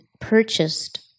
purchased